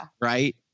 right